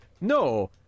No